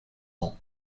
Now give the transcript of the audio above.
ans